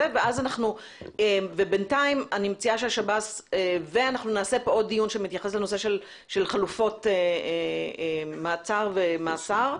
אנחנו נקיים פה עוד דיון שמתייחס לנושא של חלופות מעצר ומאסר,